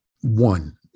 one